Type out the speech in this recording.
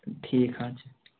ٹھیٖک حظ چھُ